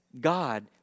God